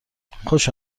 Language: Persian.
خوش